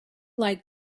like